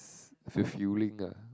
~s fulfilling ah